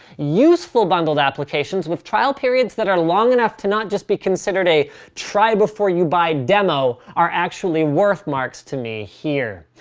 useful bundled applications with trial periods that are long enough to not just be considered a try before you buy demo are actually worth marks to me here.